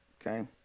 Okay